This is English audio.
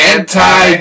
Anti